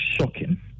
shocking